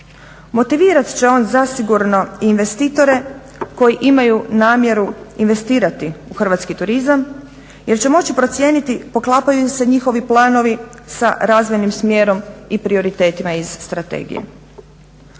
Motivirat će on zasigurno i investitore koji imaju namjeru investirati u hrvatski turizam jer će moći procijeniti poklapaju li se njihovi planovi sa razvojnim smjerom i prioritetima iz strategije.